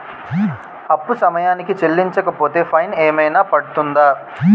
అప్పు సమయానికి చెల్లించకపోతే ఫైన్ ఏమైనా పడ్తుంద?